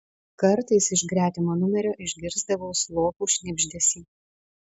kartais iš gretimo numerio išgirsdavau slopų šnibždesį